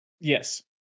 Yes